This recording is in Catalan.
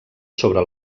sobre